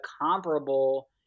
comparable